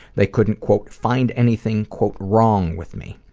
they couldn't find anything wrong with me.